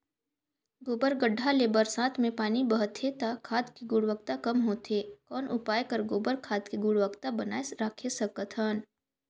गोबर गढ्ढा ले बरसात मे पानी बहथे त खाद के गुणवत्ता कम होथे कौन उपाय कर गोबर खाद के गुणवत्ता बनाय राखे सकत हन?